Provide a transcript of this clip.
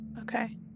okay